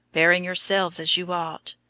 bearing yourselves as you ought.